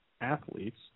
athletes